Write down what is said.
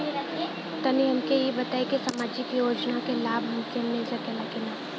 तनि हमके इ बताईं की सामाजिक योजना क लाभ हमके मिल सकेला की ना?